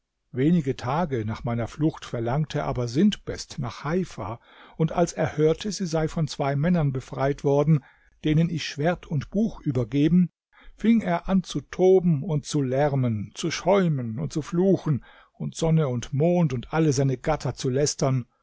wenige tage nach meiner flucht verlangte aber sintbest nach heifa und als er hörte sie sei von zwei männern befreit worden denen ich schwert und buch übergeben fing er an zu toben und zu lärmen zu schäumen und zu fluchen und sonne und mond und alle seine gatter zu lästern